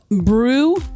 brew